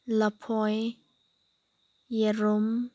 ꯂꯐꯣꯏ ꯌꯦꯔꯨꯝ